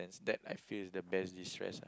that I feel is the best destress